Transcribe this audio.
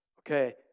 Okay